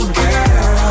girl